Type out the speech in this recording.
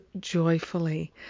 joyfully